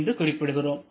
என்று குறிப்பிடுகிறோம்